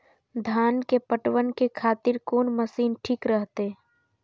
धान के पटवन के खातिर कोन मशीन ठीक रहते?